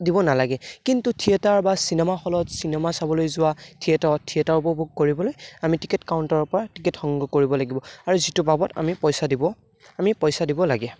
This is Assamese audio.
দিব নালাগে কিন্তু থিয়েটাৰ বা চিনেমা হলত চিনেমা চাবলৈ যোৱা থিয়েটাৰত থিয়েটাৰ উপভোগ কৰিবলৈ আমি টিকেট কাউণ্টাৰৰপৰা টিকেট সংগ্ৰহ কৰিব লাগিব আৰু যিটো বাবদ আমি পইচা দিব আমি পইচা দিব লাগে